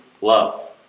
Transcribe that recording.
love